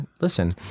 listen